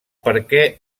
perquè